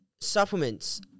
Supplements